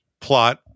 plot